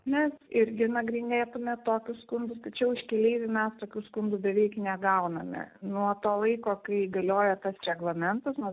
mes irgi nagrinėtume tokius skundus tačiau iš keleivių mes tokių skundų beveik negauname nuo to laiko kai galioja tas reglamentas nuo